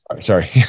Sorry